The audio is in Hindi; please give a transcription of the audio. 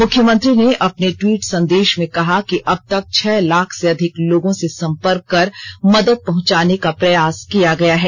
मुख्यमंत्री ने अपने ट्वीट संदेष में कहा कि अब तक छह लाख से अधिक लोगों से संपर्क कर मदद पहुंचाने का प्रयास किया गया है